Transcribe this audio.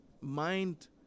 mind